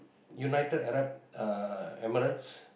United-Arab-Emirates